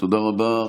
תודה רבה.